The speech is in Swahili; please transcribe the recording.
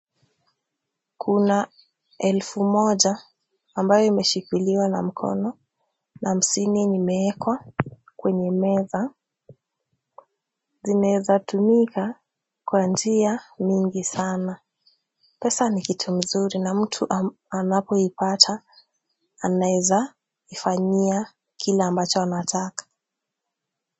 Kuna elfu moja ambayo imeshikiliwa na mkono na hamsini yenye imeekwa kwenye meza. Zinaezatumika kwa njia nyingi sana. Pesa ni kitu mzuri na mtu anapoipata anaezaifanyia kile ambacho anataka.